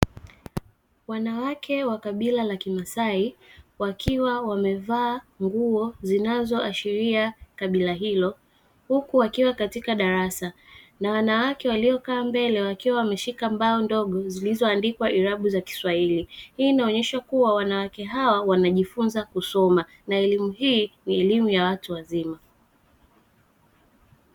Wanawake wa kabila la kimasai wakiwa wamevaa nguo zinazoashiria kabila hilo, huku wakiwa katika darasa. Na wanawake waliokaa mbele wakiwa wameshika mbao ndogo zilizoandikwa irabu za kiswahili. Hii inaonyesha kuwa wanawake hawa wanajifunza kusoma, na elimu hii ni elimu ya watu wazima.